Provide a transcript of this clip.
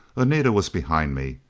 anita was behind me.